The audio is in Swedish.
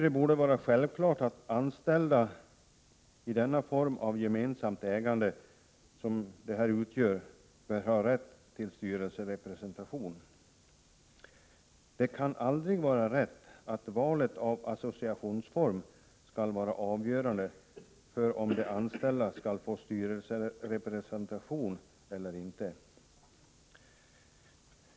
Det borde vara självklart att anställda vid den form av gemensamt ägande som det här är fråga om bör ha rätt till styrelserepresentation. Det kan aldrig vara riktigt att valet av associationsform skall vara avgörande för om de anställda skall få styrelserepresentation eller inte.